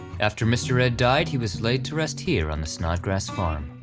after mister ed died he was laid to rest here on the snodgrass farm,